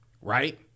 right